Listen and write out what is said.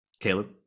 Caleb